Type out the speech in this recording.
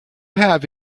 have